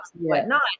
whatnot